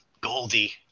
Goldie